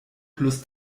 plus